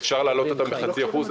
ואפשר להעלות אותם בחצי אחוז.